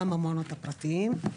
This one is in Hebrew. גם המעונות הפרטיים.